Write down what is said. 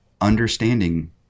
understanding